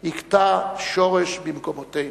הכתה שורש במקומותינו.